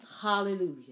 Hallelujah